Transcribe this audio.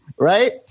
Right